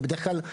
בדרך כלל,